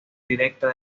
directa